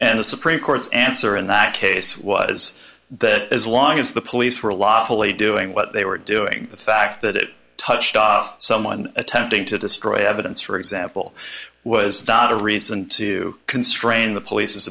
and the supreme court's answer in that case was that as long as the police were a lot wholly doing what they were doing the fact that it touched off someone attempting to destroy evidence for example was not a reason to constrain the police's